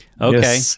okay